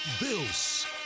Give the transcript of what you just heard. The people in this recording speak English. Bills